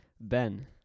Ben